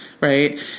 right